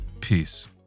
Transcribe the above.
Peace